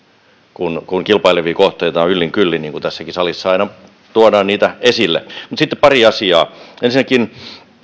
kun kun kilpailevia kohteita on yllin kyllin niin kuin tässäkin salissa aina tuodaan niitä esille mutta sitten pari asiaa ensinnäkin